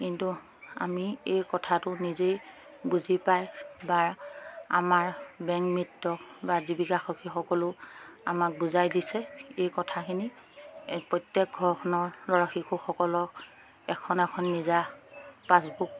কিন্তু আমি এই কথাটো নিজেই বুজি পায় বা আমাৰ বেংক মিত্ৰ বা জীৱিকা সখীসকলেও আমাক বুজাই দিছে এই কথাখিনি এই প্ৰত্যেক ঘৰখনৰ ল'ৰা শিশুসকলক এখন এখন নিজা পাছবুক